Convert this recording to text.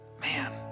man